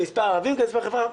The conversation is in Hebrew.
מספר ערבים כמספרם בחברה.